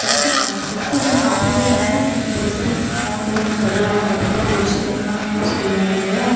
sixth கா sixth வந்துட்டு கம்ப்ளீட்டே பண்ணிவிட்டேன் அப்போது எனக்கு பெரிசா சிக்ஸ்த்து போனதே ஒன்றும் தெர்லை ஆனால் கடுப்பாக போச்சு அதுவும் இல்லாமல் நியூ ஸ்கூல் வேறு இல்லையா